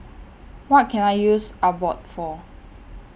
What Can I use Abbott For